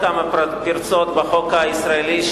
יכול להיות ששיתוף הפעולה הפורה הזה יסתום עוד כמה פרצות בחוק הישראלי,